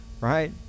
Right